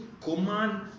command